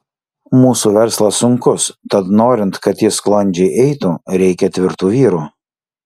mūsų verslas sunkus tad norint kad jis sklandžiai eitų reikia tvirtų vyrų